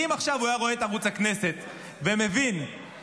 כי אם עכשיו הוא היה רואה את ערוץ הכנסת ומבין שכנסת